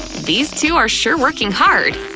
these two are sure working hard!